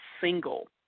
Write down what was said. single